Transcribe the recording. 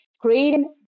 Creating